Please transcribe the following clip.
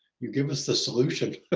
you give us the solution